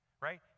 right